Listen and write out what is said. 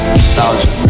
Nostalgia